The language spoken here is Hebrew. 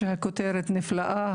שהכותרת נפלאה,